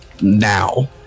now